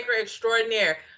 extraordinaire